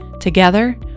Together